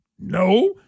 No